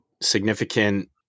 significant